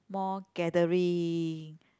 more gathering